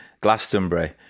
Glastonbury